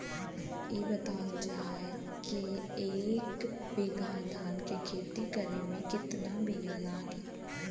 इ बतावल जाए के एक बिघा धान के खेती करेमे कितना बिया लागि?